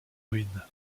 ruine